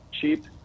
cheap